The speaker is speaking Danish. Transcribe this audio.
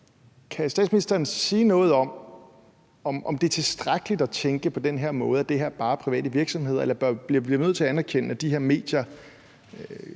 kan statsministeren sige noget om, om det er tilstrækkeligt at tænke på den her måde med, at det her bare er private virksomheder, eller bliver vi nødt at anerkende, at de her medier